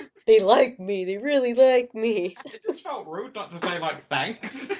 they like me. they really like me! it just felt rude not to say like thanks.